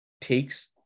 takes